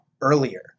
earlier